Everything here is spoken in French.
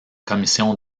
commission